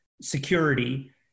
security